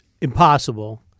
impossible